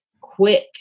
quick